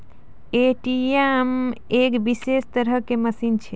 ATM एक विशेष तरहो के मशीन छै